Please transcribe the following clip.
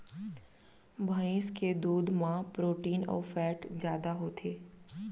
भईंस के दूद म प्रोटीन अउ फैट जादा होथे